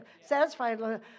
Satisfied